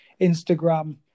Instagram